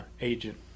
agent